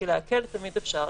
כי להקל תמיד אפשר.